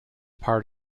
part